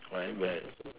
like where